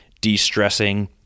de-stressing